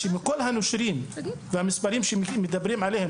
מכל הנושרים שמדברים עליהם,